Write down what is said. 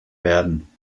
werden